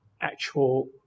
actual